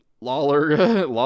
lawler